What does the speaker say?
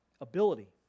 ability